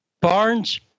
Barnes